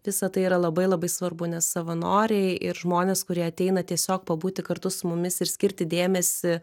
visa tai yra labai labai svarbu nes savanoriai ir žmonės kurie ateina tiesiog pabūti kartu su mumis ir skirti dėmesį